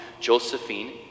Josephine